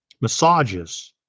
Massages